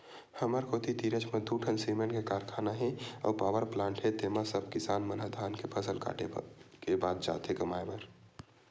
हमर कोती तीरेच म दू ठीन सिरमेंट के कारखाना हे अउ पावरप्लांट हे तेंमा सब किसान मन ह धान के फसल काटे के बाद जाथे कमाए बर